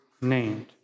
named